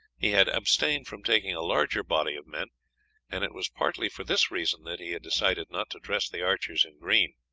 he had abstained from taking a larger body of men and it was partly for this reason that he had decided not to dress the archers in green.